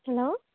hello